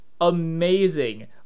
amazing